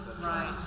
Right